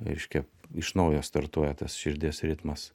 reiškia iš naujo startuoja tas širdies ritmas